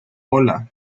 hola